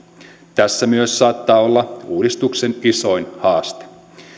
tässä myös saattaa olla uudistuksen isoin haaste